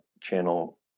channel